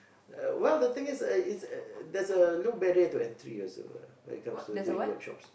uh well the thing is uh it's uh there's a no barrier to entry also lah when it comes to doing workshops